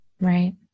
Right